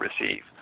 receive